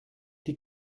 die